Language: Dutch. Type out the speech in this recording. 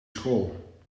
school